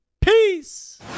Peace